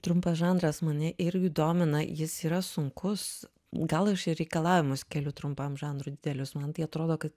trumpas žanras mane irgi domina jis yra sunkus gal aš ir reikalavimus keliu trumpam žanrui didelius man tai atrodo kad